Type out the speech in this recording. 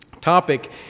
topic